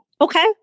Okay